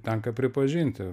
tenka pripažinti